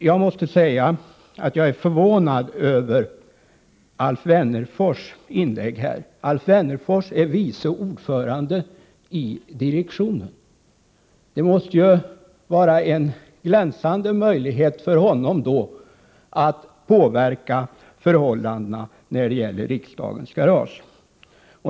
Jag måste säga att jag är förvånad över Alf Wennerfors inlägg här. Alf Wennerfors är vice ordförande i direktionen. Det måste ju finnas glänsande möjligheter för honom att påverka förhållandena när det gäller riksdagens garage.